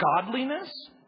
godliness